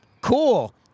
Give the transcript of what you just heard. Cool